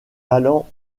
allant